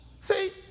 See